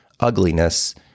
ugliness